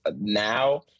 now